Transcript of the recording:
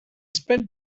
spent